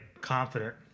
confident